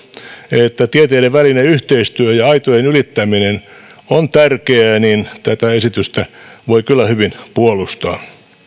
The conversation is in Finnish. että tieteiden välinen yhteistyö ja aitojen ylittäminen on tärkeää niin tätä esitystä voi kyllä hyvin puolustaa